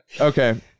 Okay